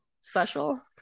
special